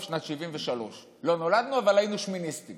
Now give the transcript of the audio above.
שנת 73' לא נולדנו אז אבל היינו שמיניסטים